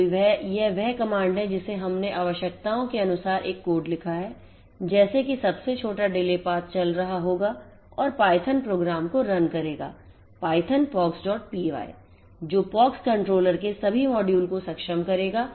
तो यह वह कमांड है जिसे हमने आवश्यकताओं के अनुसार एक कोड लिखा है जैसे कि सबसे छोटा delay path चल रहा होगा और पायथन प्रोग्राम को रन करेगा python poxpy जो POX कंट्रोलर के सभी मॉड्यूल को सक्षम करेगा